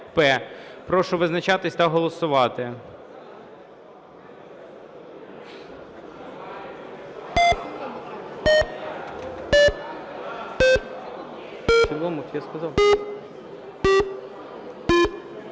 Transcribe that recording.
Прошу визначатись та голосувати.